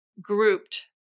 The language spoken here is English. grouped